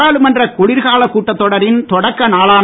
நாடாளுமன்ற குளிர்காலக் கூட்டத் தொடரின் தொடக்க நாளான